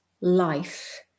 life